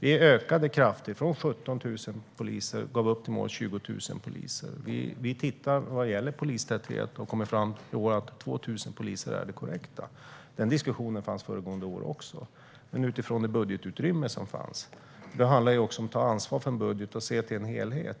Vi ökade kraftigt - från 17 000 poliser har vi gått upp till målet 20 000 poliser. Vi har tittat på polistätheten och har i år kommit fram till att 2 000 poliser är det korrekta. Den diskussionen fördes även föregående år, utifrån det budgetutrymme som fanns. Det handlar ju också om att ta ansvar för en budget och att se till en helhet.